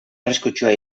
arriskutsua